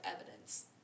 evidence